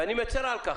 ואני מצר על כך.